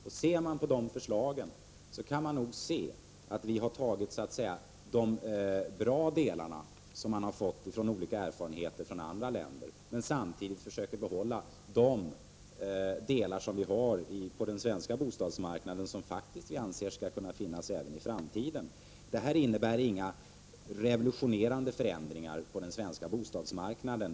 Studerar man de förslagen så finner man att vi har tagit ut de delar som är bra som vi har fått ifrån olika erfarenheter från andra länder och samtidigt försökt behålla de delar på den svenska bostadsmarknaden som vi anser skall finnas kvar även i framtiden. Det här innebär ingen revolutionerande förändring på den svenska bostadsmarknaden.